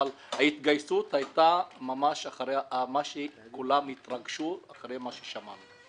אבל ההתגייסות הייתה ממש אחרי מה שכולם התרגשו אחרי מה ששמענו.